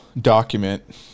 document